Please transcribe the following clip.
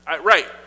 Right